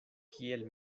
kiel